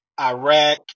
Iraq